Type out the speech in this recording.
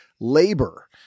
Labor